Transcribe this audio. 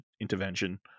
intervention